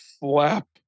flap